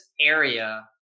area